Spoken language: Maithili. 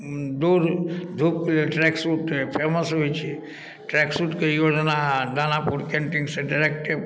दौड़धूप लेल ट्रैक सूट फेमस होइ छै ट्रैक सूटके योजना दानापुर कैण्टीनसँ डाइरेक्टे